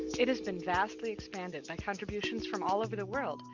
it has been vastly expanded by contributions from all over the world,